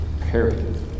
period